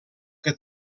que